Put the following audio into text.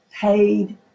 paid